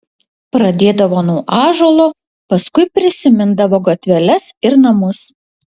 pradėdavo nuo ąžuolo paskui prisimindavo gatveles ir namus